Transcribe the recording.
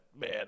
man